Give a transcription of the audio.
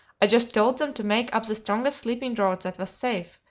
i just told them to make up the strongest sleeping-draught that was safe,